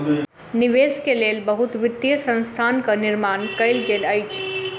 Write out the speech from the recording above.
निवेश के लेल बहुत वित्तीय संस्थानक निर्माण कयल गेल अछि